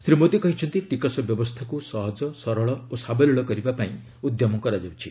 ଶ୍ରୀ ମୋଦୀ କହିଛନ୍ତି ଟିକସ ବ୍ୟବସ୍ଥାକୁ ସହଜ ସରଳ ଓ ସାବଲୀଳ କରିବା ପାଇଁ ଉଦ୍ୟମ କରାଯାଉଛି